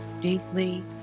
deeply